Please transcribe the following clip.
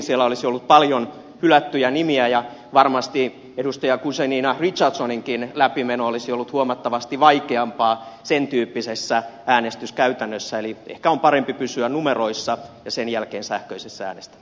siellä olisi ollut paljon hylättyjä nimiä ja varmasti edustaja guzenina richardsoninkin läpimeno olisi ollut huomattavasti vaikeampaa sen tyyppisessä äänestyskäytännössä eli ehkä on parempi pysyä numeroissa ja sen jälkeen sähköisessä äänestämisessä